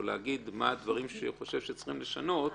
או להגיד מה הדברים הוא חושב שצריך לשנות,